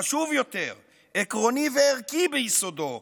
חשוב יותר, עקרוני וערכי ביסודו,